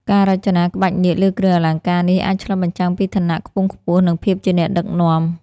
ការរចនាក្បាច់នាគលើគ្រឿងអលង្ការនេះអាចឆ្លុះបញ្ចាំងពីឋានៈខ្ពង់ខ្ពស់ និងភាពជាអ្នកដឹកនាំ។